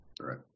Right